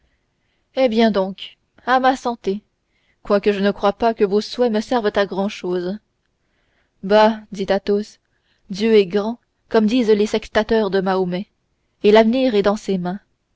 eh bien donc à ma santé quoique je ne croie pas que vos souhaits me servent à grand-chose bah dit athos dieu est grand comme disent les sectateurs de mahomet et l'avenir est dans ses mains